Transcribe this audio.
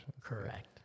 Correct